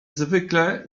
zwykle